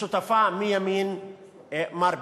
ושותפה מימין מר בנט.